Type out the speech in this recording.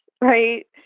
right